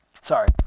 sorry